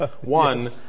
One